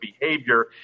behavior